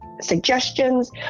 suggestions